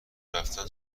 رفتن